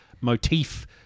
motif